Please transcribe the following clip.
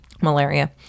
malaria